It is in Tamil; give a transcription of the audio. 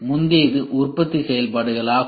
முந்தையது உற்பத்தியின் செயல்பாடுகள் ஆகும்